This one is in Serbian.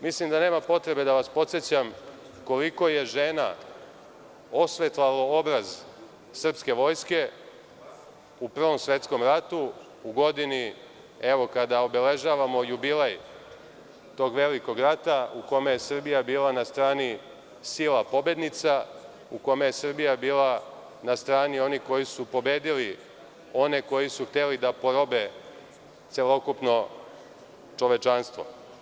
Mislim da nema potrebe da vas podsećam koliko je žena osvetlalo obraz srpske vojske u Prvom svetskom ratu u godini kada obeležavamo jubilej tog velikog rata u kome je Srbija bila na strani sila pobednica, u kome je Srbija bila na strani onih koji su pobedili one koji su hteli da porobe celokupno čovečanstvo.